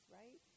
right